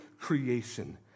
creation